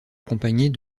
accompagnés